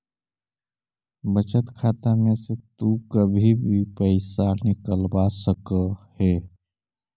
बचत खाता में से तु कभी भी पइसा निकलवा सकऽ हे